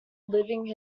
living